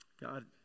god